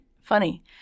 Funny